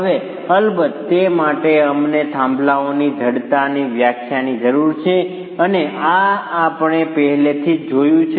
હવે અલબત્ત તે માટે અમને થાંભલાની જડતાની વ્યાખ્યાની જરૂર છે અને આ આપણે પહેલેથી જ જોયું છે